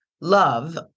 Love